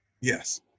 Yes